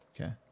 okay